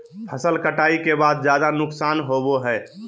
फसल कटाई के बाद ज्यादा नुकसान होबो हइ